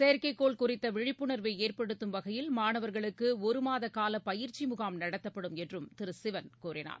செயற்கைக்கோள் குறித்தவிழிப்புணர்வைஏற்படுத்தும் வகையில் மாணவர்களுக்குஒருமாதகாலபயிற்சிமுகாம் நடத்தப்படும் என்றும் திருசிவன் கூறினார்